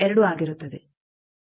2 ಆಗಿರುತ್ತದೆ